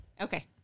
okay